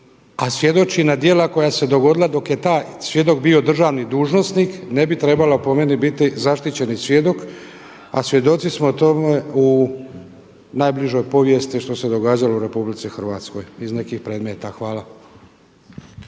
a svjedoči na djela koja su se dogodila dok je ta svjedok bio državni dužnosnik ne bi trebala po meni biti zaštićeni svjedok. A svjedoci smo tome u najbližoj povijesti što se događalo u RH iz nekih predmeta. Hvala.